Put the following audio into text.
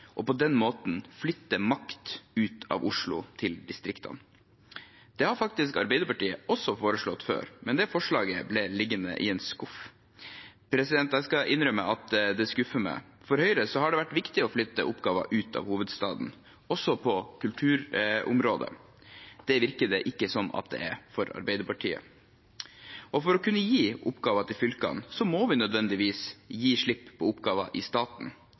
og på den måten flytte makt ut av Oslo til distriktene. Det har faktisk Arbeiderpartiet også foreslått før. Det forslaget ble liggende i en skuff. Jeg skal innrømme at det skuffer meg. For Høyre har det vært viktig å flytte oppgaver ut av hovedstaden, også på kulturområdet. Det virker det ikke som det er for Arbeiderpartiet. For å kunne gi oppgaver til fylkene må vi nødvendigvis gi slipp på oppgaver i staten.